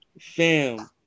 fam